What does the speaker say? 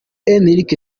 enric